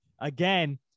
again